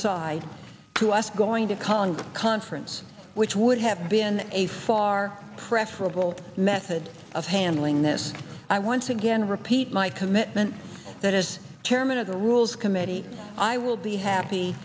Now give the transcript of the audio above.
side to us going to congress conference which would have been a far preferable method of handling this i once again repeat my commitment that as chairman of the rules committee i will be happy